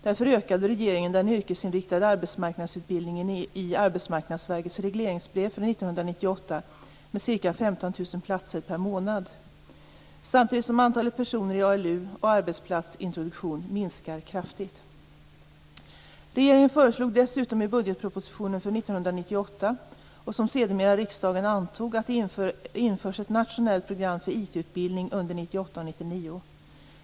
Därför ökade regeringen den yrkesinriktade arbetsmarknadsutbildningen i AMV:s regleringsbrev för 1998 med ca 15 000 platser per månad, samtidigt som antalet personer i ALU och arbetsplatsintroduktion minskar kraftigt. Regeringen föreslog dessutom i budgetpropositionen för 1998, som sedermera riksdagen antog, att det införs ett nationellt program för IT-utbildning under 1998 och 1999.